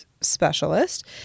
specialist